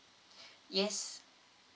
yes